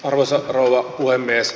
arvoisa rouva puhemies